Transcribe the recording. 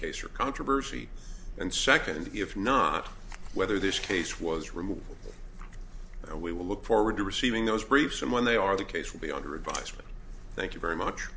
case or controversy and second if not whether this case was removed we will look forward to receiving those briefs and when they are the case will be under advisement thank you very much